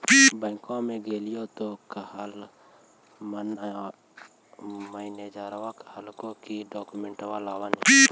बैंकवा मे गेलिओ तौ मैनेजरवा कहलको कि डोकमेनटवा लाव ने?